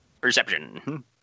Perception